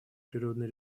природные